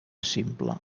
simple